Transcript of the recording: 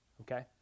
Okay